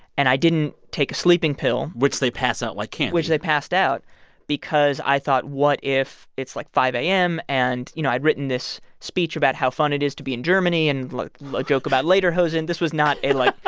and i didn't take a sleeping pill which they pass out like candy which they passed out because i thought what if it's, like, five a m? and, you know, i'd written this speech about how fun it is to be in germany and like like joke about lederhosen. this was not a, like,